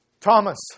Thomas